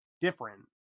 different